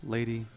Lady